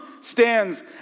stands